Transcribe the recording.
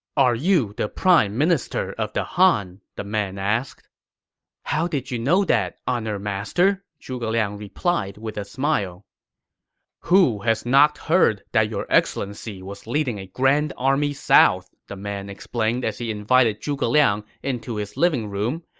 are you the prime minister of the han? the man inquired how did you know that, honored master? zhuge liang replied with a smile who has not heard that your excellency was leading a grand army south? the man explained as he invited zhuge liang into his living room,